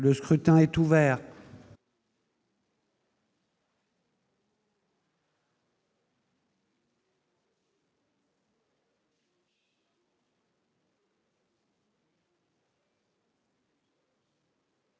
Le scrutin est ouvert.